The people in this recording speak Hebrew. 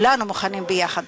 כולנו מוכנים ביחד.